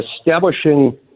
establishing